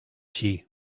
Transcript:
tea